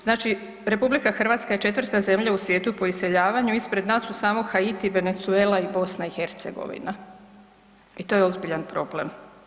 Znači RH je 4. zemlja u svijetu po iseljavanju, ispred nas su samo Haiti, Venezuela i BiH i to je ozbiljan problem.